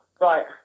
right